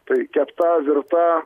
tai kepta virta